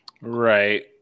Right